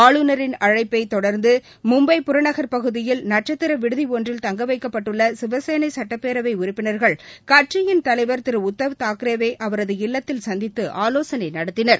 ஆளுநரின் அழைப்பை தொடர்ந்து மும்பை புறநகர் பகுதியில் நட்சத்திர விடுதி ஒன்றில் தங்கவைக்கப்பட்டுள்ள் சிவசேனை சட்டப்பேரவை உறுப்பினர்கள் கட்சியின் தலைவர் திரு உத்தவ் தாக்ரேயை அவரது இல்லத்தில் சந்தித்து ஆலோசனை நடத்தினர்